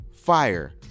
fire